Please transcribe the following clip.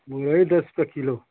मुरई दस का किलो